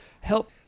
help